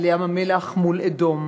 על ים-המלח מול אדום